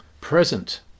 present